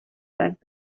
back